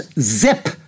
zip